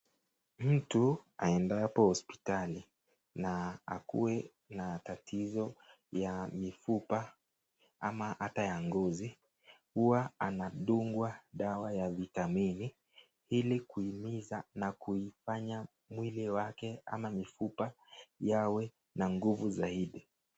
Mtu aendapo hospitali na akuwe na tatizo ya mifupa ama hata ya ngozi huwa anadungwa dawa ya vitamini ili kuhimiza na kuifanya mwili wake ama mifupa yawe na nguvu zaidi.